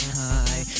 high